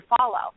follow